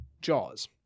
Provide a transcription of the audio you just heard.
Jaws